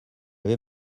vais